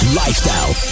lifestyle